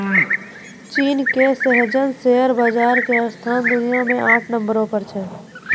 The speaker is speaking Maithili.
चीन के शेह्ज़ेन शेयर बाजार के स्थान दुनिया मे आठ नम्बरो पर छै